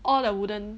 all the wooden